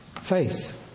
faith